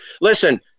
Listen